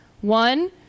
One